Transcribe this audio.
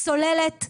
צוללת,